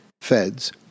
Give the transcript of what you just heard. feds